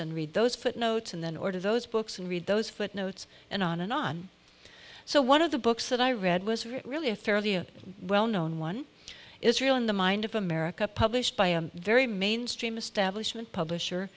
and read those footnotes and then order those books and read those footnotes and on and on so one of the books that i read was really a fairly well known one israel in the mind of america published by a very mainstream establish